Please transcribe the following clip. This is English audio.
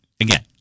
again